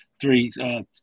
three